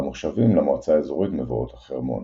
והמושבים למועצה האזורית מבואות החרמון.